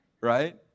Right